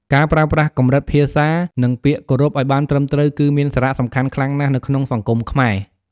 ការប្រើប្រាស់កម្រិតភាសា និងពាក្យគោរពឲ្យបានត្រឹមត្រូវ គឺមានសារៈសំខាន់ខ្លាំងណាស់នៅក្នុងសង្គមខ្មែរ។